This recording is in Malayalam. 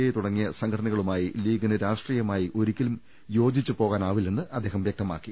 ഐ തുടങ്ങിയ സംഘടനകളുമായി ലീഗിന് രാഷ്ട്രീ യമായി ഒരിക്കലും യോജിച്ചുപോകാനാവില്ലെന്ന് അദ്ദേഹം വ്യക്തമാക്കി